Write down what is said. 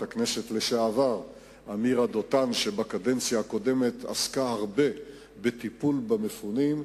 הכנסת לשעבר עמירה דותן שעסקה רבות בטיפול במפונים,